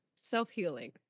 self-healing